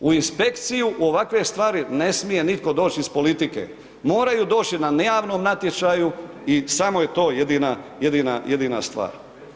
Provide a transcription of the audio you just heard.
U inspekciju u ovakve stvari ne smije nitko doći iz politike, moraju doći na javnom natječaju i samo je to jedina, jedina stvar.